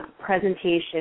presentation